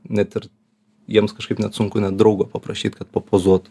net ir jiems kažkaip net sunku net draugo paprašyt kad papozuotų